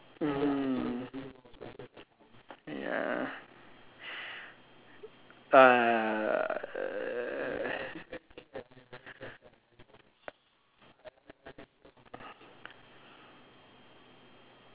mm ya err